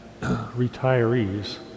retirees